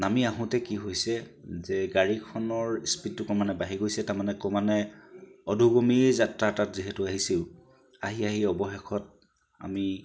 নামি আহোঁতে কি হৈছে যে গাড়ীখনৰ স্পীডটো ক্ৰমান্বয়ে বাঢ়ি গৈছে তাৰমানে ক্ৰমান্বয়ে অধোগমীয়ে যাত্ৰা এটাত যিহেতু আহিছোঁ আহি আহি অৱশেষত আমি